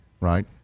right